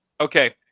okay